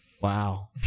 Wow